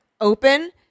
open